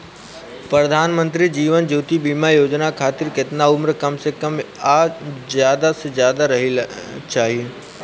प्रधानमंत्री जीवन ज्योती बीमा योजना खातिर केतना उम्र कम से कम आ ज्यादा से ज्यादा रहल चाहि?